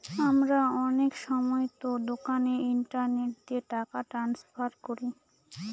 আমরা অনেক সময়তো দোকানে ইন্টারনেট দিয়ে টাকা ট্রান্সফার করি